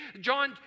John